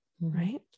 Right